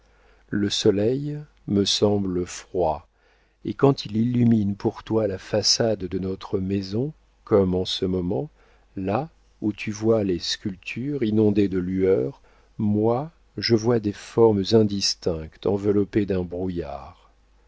le soleil me semble froid et quand il illumine pour toi la façade de notre maison comme en ce moment là où tu vois les sculptures inondées de lueurs moi je vois des formes indistinctes enveloppées d'un brouillard